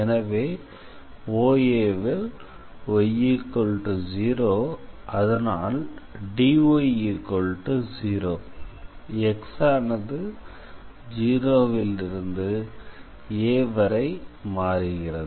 எனவே OAல் y0 அதனால் dy0 x ஆனது 0 ல் இருந்து a வரை மாறுகிறது